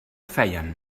feien